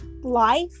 life